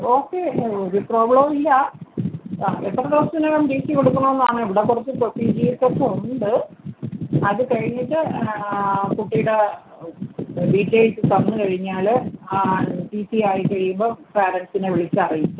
okay ഒരു പ്രോബ്ലവും ഇല്ല ആ എത്ര ദിവസത്തിനകം ടി സി കൊടുക്കണമെന്നാണ് ഇവിടെ കുറച്ച് പ്രൊസീജിയേഴ്സൊക്കെ ഉണ്ട് അത് കഴിഞ്ഞിട്ട് ആ കുട്ടീടെ ഡീറ്റെയിൽസ് തന്ന് കഴിഞ്ഞാൽ ആ ടി സിയായി കഴിയുമ്പോൾ പാരൻറ്റ്സിനെ വിളിച്ചറിയിക്കാം